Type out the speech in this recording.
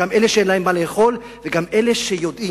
גם אלה שאין להם מה לאכול וגם אלה שיודעים